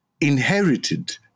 inherited